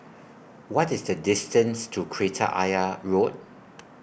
What IS The distance to Kreta Ayer Road